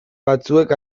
batzuek